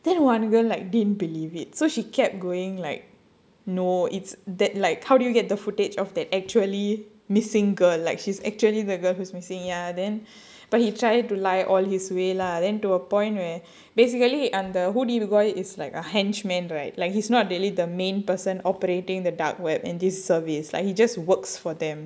then one girl like didn't believe it so she kept going like no it's that like how do you get the footage of that actually missing girl like she's actually the girl who's missing ya then but he tried to lie all his way lah then to a point where basically hoodie boy is like a henchman right like he's not really the main person operating the dark web and this service like he just works for them